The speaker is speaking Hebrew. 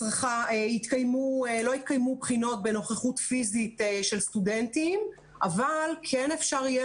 שלא יתקיימו בחינות בנוכחות פיזית של סטודנטים אבל כן אפשר יהיה